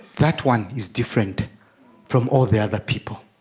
that one is different from all the the people